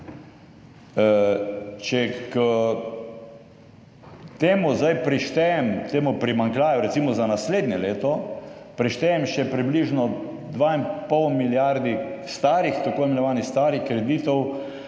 Če k temu primanjkljaju, recimo za naslednje leto, prištejem še približno dve in pol milijardi tako imenovanih starih kreditov,